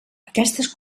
aquestes